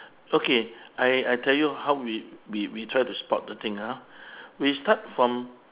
okay I I tell you how we we we try to spot the thing ah we start from